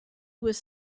was